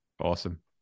Awesome